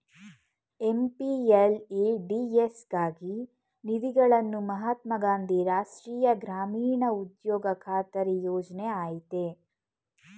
MPLADS ಗಾಗಿ ನಿಧಿಗಳನ್ನು ಮಹಾತ್ಮ ಗಾಂಧಿ ರಾಷ್ಟ್ರೀಯ ಗ್ರಾಮೀಣ ಉದ್ಯೋಗ ಖಾತರಿ ಯೋಜ್ನ ಆಯ್ತೆ